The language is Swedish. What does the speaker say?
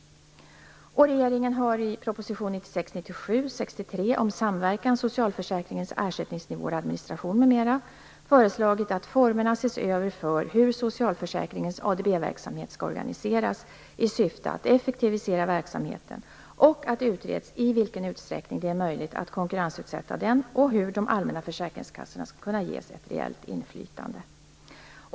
Regeringen har i proposition 1996/97:63, Samverkan, socialförsäkringens ersättningsnivåer och administration m.m., föreslagit att formerna ses över för hur socialförsäkringens ADB-verksamhet skall organiseras i syfte att effektivisera verksamheten och att det utreds i vilken utsträckning det är möjligt att konkurrensutsätta den och hur de allmänna försäkringskassorna skall kunna ges ett reellt inflytande.